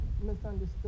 misunderstood